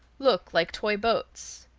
look like toy boats.